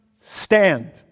stand